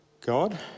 God